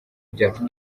byacu